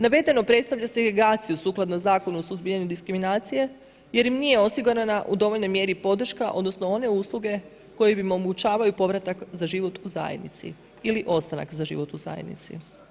Navedeno predstavlja segregaciju sukladno Zakonu o suzbijanju diskriminacije jer im nije osigurana u dovoljnoj mjeri podrška, odnosno one usluge koje im omogućavaju povratak za život u zajednici ili ostanak za život u zajednici.